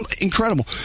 Incredible